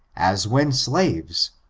as when slaves.